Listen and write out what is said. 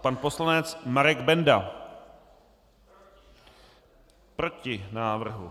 Pan poslanec Marek Benda: Proti návrhu.